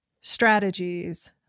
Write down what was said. strategies